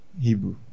Hebrew